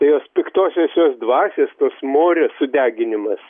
jos piktosiosios dvasios tos morės sudeginimas